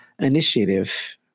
initiative